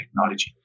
technology